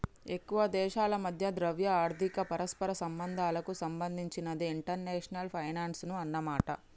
ఎక్కువ దేశాల మధ్య ద్రవ్య ఆర్థిక పరస్పర సంబంధాలకు సంబంధించినదే ఇంటర్నేషనల్ ఫైనాన్సు అన్నమాట